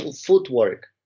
footwork